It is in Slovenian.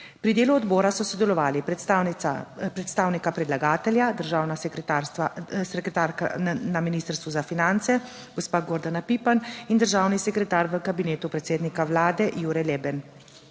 Pri delu odbora so sodelovali predstavnika predlagatelja, državna sekretarka na Ministrstvu za finance gospa Gordana Pipan in državni sekretar v kabinetu predsednika vlade Jure Leben.